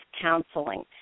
counseling